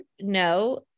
no